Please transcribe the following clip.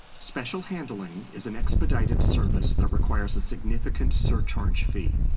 special handling is an expedited service that requires a significant surcharge fee.